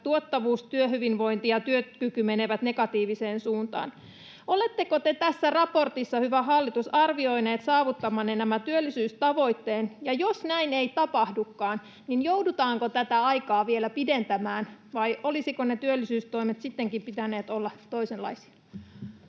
tuottavuus, työhyvinvointi ja työkyky menevät negatiiviseen suuntaan. Oletteko te tässä raportissa, hyvä hallitus, arvioineet saavuttavanne työllisyystavoitteen, ja jos näin ei tapahdukaan, niin joudutaanko tätä aikaa vielä pidentämään, vai olisiko niiden työllisyystoimien sittenkin pitänyt olla toisenlaisia?